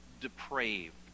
depraved